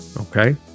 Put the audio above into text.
okay